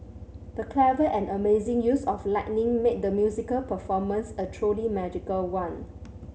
the clever and amazing use of lighting made the musical performance a truly magical one